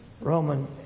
Roman